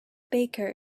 baker